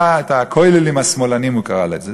"הכוללים השמאלניים" הוא קרא לזה,